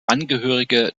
angehörige